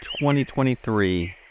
2023